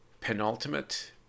penultimate